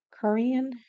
Korean